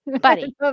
buddy